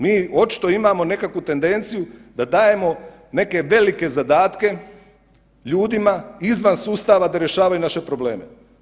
Mi očito imamo nekakvu tendenciju da dajemo neke velike zadatke ljudima izvan sustava da rješavaju naše probleme.